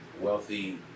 wealthy